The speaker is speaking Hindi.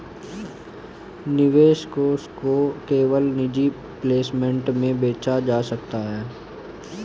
निवेश कोष को केवल निजी प्लेसमेंट में बेचा जा सकता है